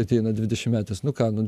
ateina dvidešimtmetis nu ką nu